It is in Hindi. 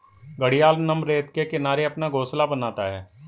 घड़ियाल नम रेत के किनारे अपना घोंसला बनाता है